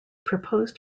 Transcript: proposed